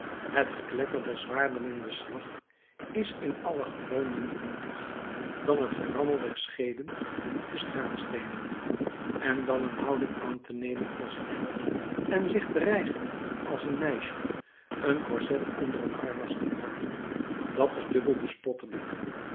het gekletter der zwaarden in den slag is in allen geval minder nietig dan het gerammel der scheeden op de straatsteenen en dan een houding aan te nemen als een held en zich te rijgen als een meisje een corset onder een harnas te dragen dat is dubbel